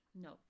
No